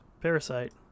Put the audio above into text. Parasite